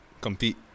compete